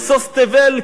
משוש תבל,